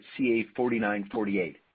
CA4948